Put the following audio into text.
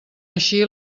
així